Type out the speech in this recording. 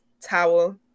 towel